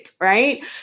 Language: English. right